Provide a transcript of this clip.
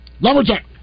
Lumberjack